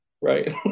right